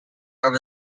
over